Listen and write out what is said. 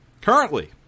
currently